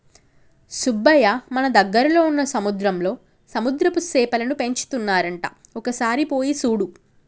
సుబ్బయ్య మన దగ్గరలో వున్న సముద్రంలో సముద్రపు సేపలను పెంచుతున్నారంట ఒక సారి పోయి సూడు